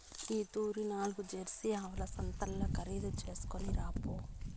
ఈ తూరి నాల్గు జెర్సీ ఆవుల సంతల్ల ఖరీదు చేస్కొని రాపో